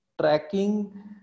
tracking